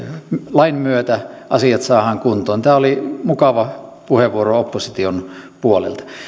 lain myötä asiat saadaan kuntoon tämä oli mukava puheenvuoro opposition puolelta